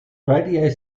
radio